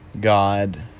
God